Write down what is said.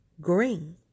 green